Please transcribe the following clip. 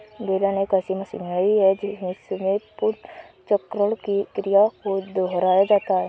बेलन एक ऐसी मशीनरी है जिसमें पुनर्चक्रण की क्रिया को दोहराया जाता है